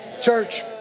church